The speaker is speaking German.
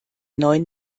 neuen